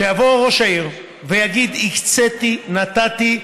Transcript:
שיבוא ראש העיר ויגיד: הקציתי, נתתי,